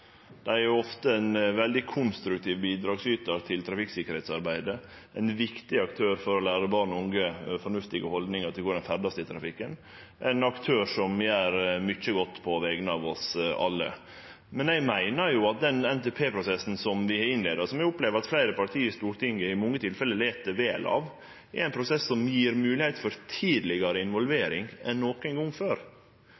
Dei er ofte ein veldig konstruktiv bidragsytar til trafikksikkerheitsarbeidet, ein viktig aktør for å lære barn og unge fornuftige haldningar når det gjeld korleis ein skal ferdast i trafikken. Dei er ein aktør som gjer mykje godt på vegner av oss alle. Eg meiner at den NTP-prosessen som vi har innleidd, som eg opplever at fleire parti i Stortinget i mange tilfelle lèt vel av, er ein prosess som gjev moglegheit for tidlegare